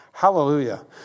Hallelujah